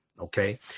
Okay